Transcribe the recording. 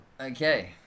Okay